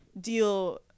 deal